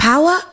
Power